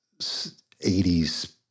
80s